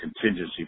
contingency